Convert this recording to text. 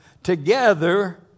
Together